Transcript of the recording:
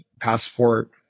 passport